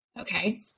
Okay